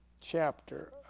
chapter